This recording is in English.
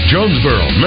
Jonesboro